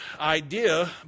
idea